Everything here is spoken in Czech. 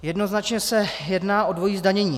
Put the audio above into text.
Jednoznačně se jedná o dvojí zdanění.